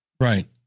Right